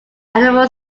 animal